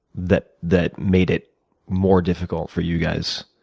that that made it more difficult for you guys?